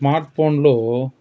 smart ఫోన్లో